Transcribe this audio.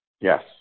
Yes